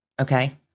Okay